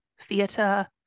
theatre